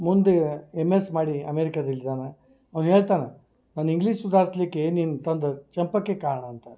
ಮುಂದೆ M S ಮಾಡಿ ಅಮೇರಿಕದಲ್ಲಿದಾನೆ ಅವ್ನ ಹೇಳ್ತನೆ ನನ್ನ ಇಂಗ್ಲೀಷ್ ಸುಧಾರ್ಸ್ಲಿಕ್ಕೆ ನೀನು ತಂದ ಚಂಪಕೆ ಕಾರಣ ಅಂತ